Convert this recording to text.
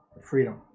Freedom